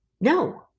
No